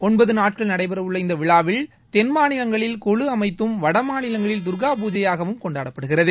ஒன்பது நாட்கள் நடைபெறவுள்ள இந்த விழாவில் தென் மாநிலங்களில் கொலு அமைத்தும் வட மாநிலங்களில் துர்காபூஜையாகவும் கொண்டாடப்படுகிறது